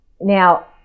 Now